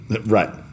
right